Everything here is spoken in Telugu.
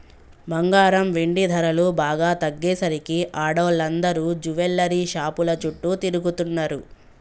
బంగారం, వెండి ధరలు బాగా తగ్గేసరికి ఆడోళ్ళందరూ జువెల్లరీ షాపుల చుట్టూ తిరుగుతున్నరు